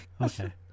okay